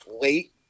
late